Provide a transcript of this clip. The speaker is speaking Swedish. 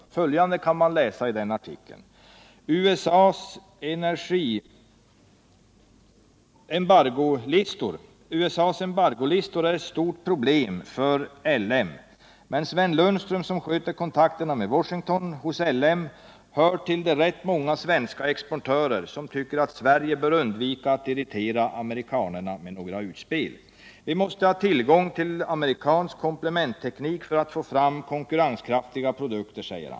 Följande kan man läsa i artikeln: ”USA:s embargolistor är ett stort problem för LM. Men Sven Lönnström, som sköter kontakterna med Washington hos LM, hör till de rätt många svenska exportörer som tycker att Sverige bör undvika att irritera amerikanerna med några utspel — vi måste ha tillgång till amerikansk komplementteknik för att få fram konkurrenskraftiga produkter.